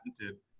patented